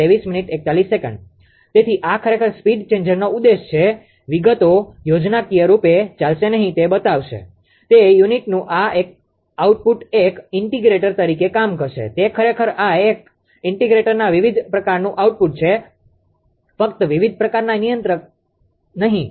તેથી આ ખરેખર સ્પીડ ચેન્જરનો ઉદ્દેશ્ય છે વિગતો યોજનાકીય રૂપે ચાલશે નહીં તે બતાવશે તે યુનિટનું આ આઉટપુટ એક ઇન્ટિગ્રેટર તરીકે કામ કરશે તે ખરેખર એક ઇન્ટિગ્રેટરના વિવિધ પ્રકારનું આઉટપુટ છે ફક્ત વિવિધ પ્રકારનાં નિયંત્રક જ નહીં